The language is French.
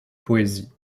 poésies